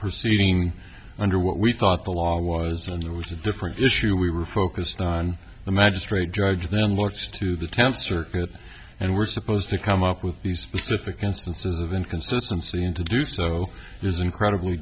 proceeding under what we thought the law was and there was a different issue we were focused on the magistrate judge then looks to the tenth circuit and we're supposed to come up with these specific instances of inconsistency and to do so is incredibly